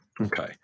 Okay